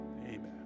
amen